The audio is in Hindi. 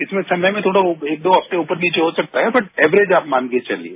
इसमें समय में थोडा एक दो हफ्ते ऊपर नीचे हो सकता है बट एवरेज आप मानके चलिए